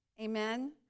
amen